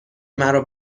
مرا